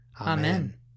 Amen